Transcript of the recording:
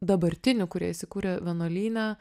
dabartinių kurie įsikūrė vienuolyne